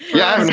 yeah.